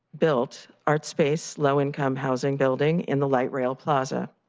built art space low income housing building in the light rail plaza.